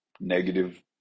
negative